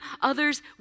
others